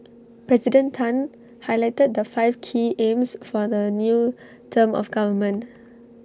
President Tan highlighted the five key aims for the new term of government